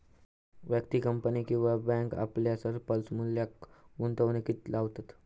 व्यक्ती, कंपनी किंवा बॅन्क आपल्या सरप्लस मुल्याक गुंतवणुकीत लावतत